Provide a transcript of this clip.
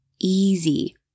easy